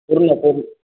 पूर्ण पूर्ण